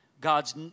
God's